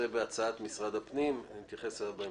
זה בהצעת משרד הפנים ונתייחס אליו בהמשך.